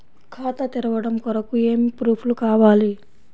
ఖాతా తెరవడం కొరకు ఏమి ప్రూఫ్లు కావాలి?